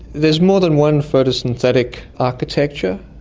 there's more than one photosynthetic architecture,